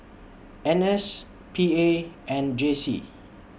N S P A and J C